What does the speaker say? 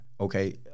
Okay